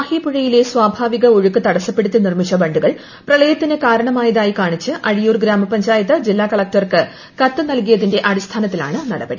മാഹി പുഴയിലെ സ്വാഭാവിക ഒഴുക്ക് തടസ്സപ്പെടുത്തി നിർമ്മിച്ച ബണ്ടുകൾ പ്രളയത്തിന് കാരണമായതായി കാണിച്ച് അഴിയൂർ ഗ്രാമപഞ്ചായത്ത് ജില്ലാ കലക്ടർക്ക് കത്ത് നൽകിയതിന്റെ അടിസ്ഥാനത്തിലാണ് നടപടി